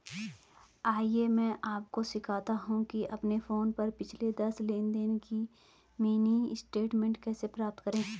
आइए मैं आपको सिखाता हूं कि अपने फोन पर पिछले दस लेनदेन का मिनी स्टेटमेंट कैसे प्राप्त करें